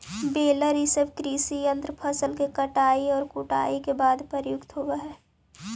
baler इ सब कृषि यन्त्र फसल के कटाई औउर कुटाई के बाद प्रयुक्त होवऽ हई